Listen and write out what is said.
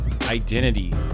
identity